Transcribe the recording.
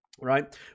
Right